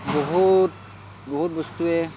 বহুত বহুত বস্তুৱে